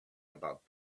about